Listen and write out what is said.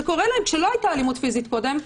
זה קורה להן כשלא הייתה אלימות פיזית קודם,